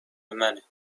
منه